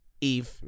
Eve